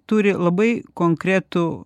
turi labai konkretų